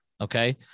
Okay